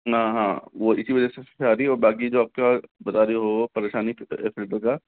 हाँ हाँ वह इसी वजह से आ रही और बाकी जो आपका बता रहे हो वह परेशानी